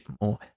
more